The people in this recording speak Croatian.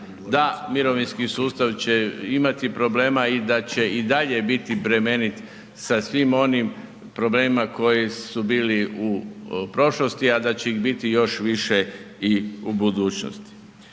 da mirovinski sustav će imati problema i da će i dalje biti bremenit sa svim onim problemima koji su bili u prošlosti, a da će ih biti još više i u budućnosti.